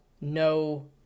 No